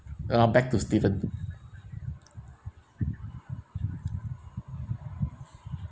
ah back to steven